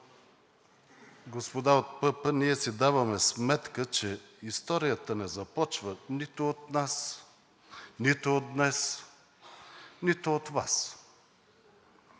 Господа от ПП, ние си даваме сметка, че историята не започна нито от нас, нито от днес, нито от Вас.